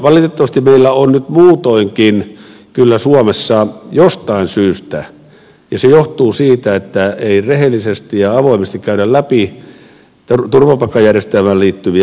valitettavasti meillä on nyt muutoinkin kyllä suomessa jostain syystä näin ja se johtuu siitä että ei rehellisesti ja avoimesti käydä läpi turvapaikkajärjestelmään liittyviä aukkoja